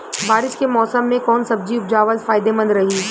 बारिश के मौषम मे कौन सब्जी उपजावल फायदेमंद रही?